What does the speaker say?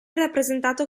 rappresentato